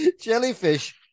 Jellyfish